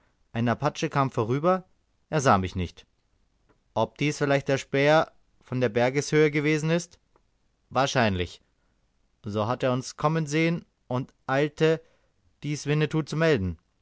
ein apache kam vorüber er sah mich nicht ob dies vielleicht der späher von der bergeshöhe gewesen ist wahrscheinlich so hat er uns kommen sehen und eilte dies winnetou zu melden